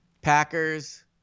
Packers